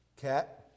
Cat